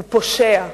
הוא פושע,